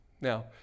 now